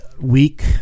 week